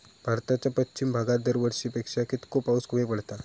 भारताच्या पश्चिम भागात दरवर्षी पेक्षा कीतको पाऊस कमी पडता?